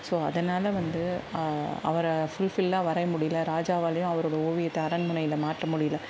so அதனால் வந்து அவரை ஃபுல்ஃபில்லாக வரைய முடியல ராஜாவாலையும் அவரோட ஓவியத்தை அரண்மனையில் மாட்ட முடியல